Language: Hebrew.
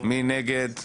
מי נגד?